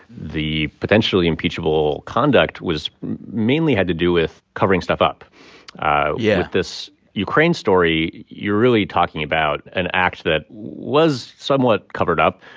the potentially impeachable conduct was mainly had to do with covering stuff up yeah with this ukraine story, you're really talking about an act that was somewhat covered up,